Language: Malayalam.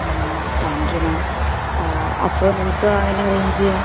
താങ്ക് യൂ മാം അപ്പോൾ നമുക്ക് അങ്ങനെ അറേഞ്ച് ചെയ്യാം